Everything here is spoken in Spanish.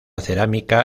cerámica